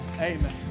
Amen